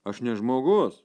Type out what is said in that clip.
aš ne žmogus